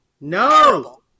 no